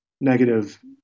negative